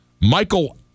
Michael